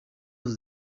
zose